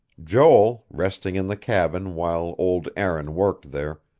joel, resting in the cabin while old aaron worked there,